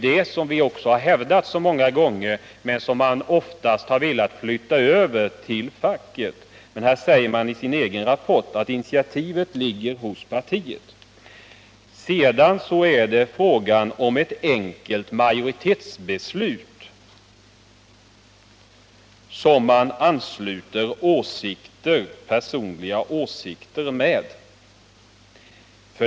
Detta har vi också hävdat så många gånger, men socialdemokraterna har då oftast velat flytta över initiativet till facket. Här säger emellertid socialdemokraterna i sitt eget protokoll att initiativet ligger hos partiet. Sedan är det fråga om ett enkelt majoritetsbeslut som man ansluter personliga åsikter med.